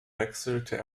wechselte